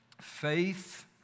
faith